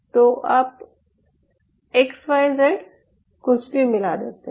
तो आप X Y Z कुछ भी मिला देते हैं